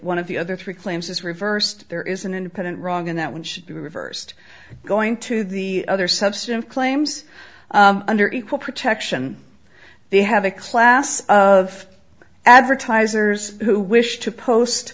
one of the other three claims is reversed there is an independent wrong and that one should be reversed going to the other subsume claims under equal protection they have a class of advertisers who wish to post